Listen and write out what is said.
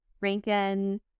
Rankin